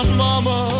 mama